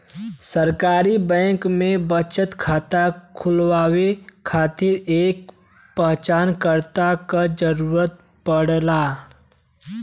सरकारी बैंक में बचत खाता खुलवाये खातिर एक पहचानकर्ता क जरुरत पड़ला